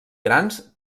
grans